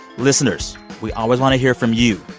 listeners, we always want to hear from you.